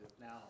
now